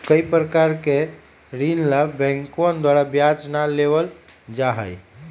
कई प्रकार के ऋण ला बैंकवन द्वारा ब्याज ना लेबल जाहई